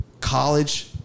College